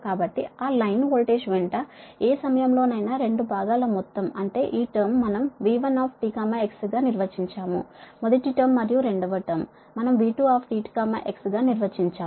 కాబట్టి ఆ line voltage వెంట ఏ సమయంలోనైనా రెండు భాగాల మొత్తం అంటే ఈ టర్మ్ మనం V1 t x గా నిర్వచించాము మొదటి టర్మ్ మరియు రెండవ టర్మ్ మనం V2 t x గా నిర్వచించాము